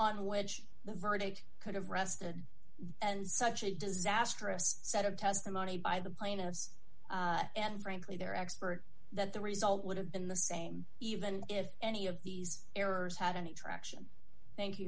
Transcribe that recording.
on which the verdict could have rested and such a disastrous set of testimony by the plaintiffs and frankly their expert that the result would have been the same even if any of these errors had any traction thank you